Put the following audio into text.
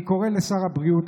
אני קורא לשר הבריאות,